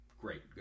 great